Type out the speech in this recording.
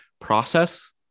process